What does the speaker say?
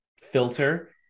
filter